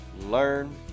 learn